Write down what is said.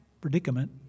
predicament